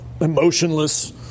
emotionless